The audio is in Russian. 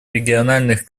региональных